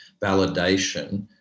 validation